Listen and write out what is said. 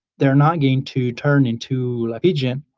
they're not going to turn into a pigeon.